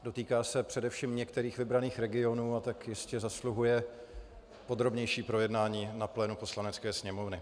Dotýká se především některých vybraných regionů, a tak jistě zasluhuje podrobnější projednání na plénu Poslanecké sněmovny.